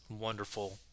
wonderful